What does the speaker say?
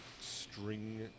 string